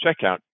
checkout